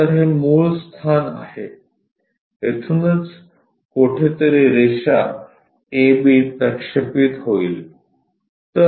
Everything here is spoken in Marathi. तर हे मूळ स्थान आहे येथूनच कोठेतरी रेषा ab प्रक्षेपित होईल